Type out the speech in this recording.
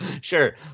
Sure